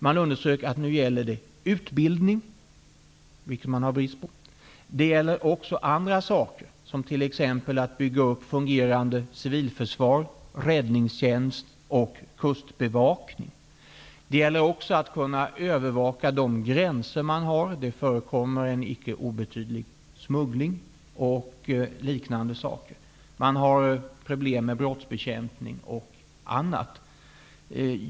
Man underströk att det nu gäller utbildning, vilket man har brist på, och även sådant som att bygga upp ett fungerande civilförsvar, räddningstjänst och kustbevakning. Det gäller också att kunna övervaka de gränser som man har. Det förekommer en icke obetydlig smuggling, man har problem med brottsbekämpning och annat.